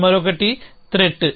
మరొకటి త్రెట్